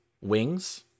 wings